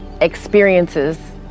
experiences